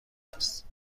است